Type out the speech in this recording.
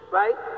right